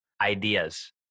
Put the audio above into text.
ideas